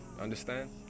understand